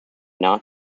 not